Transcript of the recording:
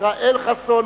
ישראל חסון,